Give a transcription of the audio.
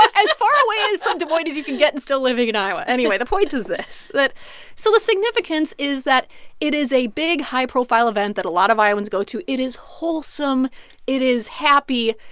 as far away from des moines as you can get and still living in iowa. anyway, the point is this that so the significance is that it is a big, high-profile event that a lot of iowans go to. it is wholesome. it is happy.